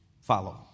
follow